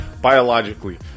biologically